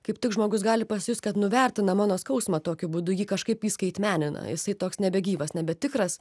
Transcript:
kaip tik žmogus gali pasijust kad nuvertina mano skausmą tokiu būdu jį kažkaip įskaitmenina jisai toks nebegyvas nebetikras